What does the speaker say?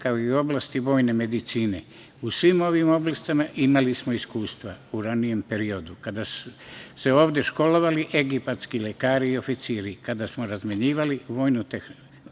kao i u oblasti vojne medicine.U svim ovim oblastima imali smo iskustva u ranijem periodu kada su se ovde školovali egipatski lekari i oficiri i kada smo razmenjivali vojnu tehnologiju